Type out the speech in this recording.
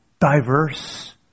diverse